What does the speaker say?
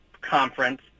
conference